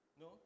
no